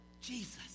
Jesus